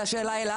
השאלה אליו.